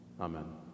Amen